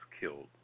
killed